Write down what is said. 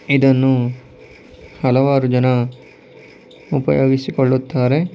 ಇದನ್ನು ಹಲವಾರು ಜನ ಉಪಯೋಗಿಸಿಕೊಳ್ಳುತ್ತಾರೆ